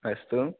अस्तु